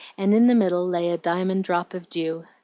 and in the middle lay a diamond drop of dew.